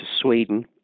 Sweden